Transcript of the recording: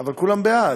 אבל כולם בעד.